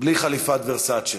בלי חליפת ורסצ'ה.